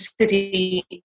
city